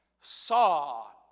saw